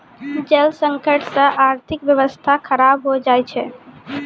जल संकट से आर्थिक व्यबस्था खराब हो जाय छै